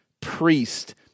priest